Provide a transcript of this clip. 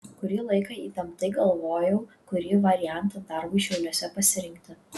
kurį laiką įtemptai galvojau kurį variantą darbui šiauliuose pasirinkti